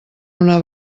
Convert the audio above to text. una